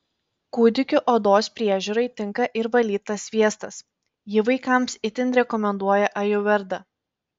kūdikių odos priežiūrai tinka ir valytas sviestas jį vaikams itin rekomenduoja ajurveda